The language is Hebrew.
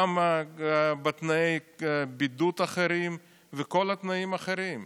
תנאי הבידוד אחרים וכל התנאים הם אחרים.